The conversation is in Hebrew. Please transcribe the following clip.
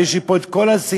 ויש לי פה את כל הסעיפים,